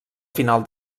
final